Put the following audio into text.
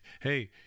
hey